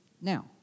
Now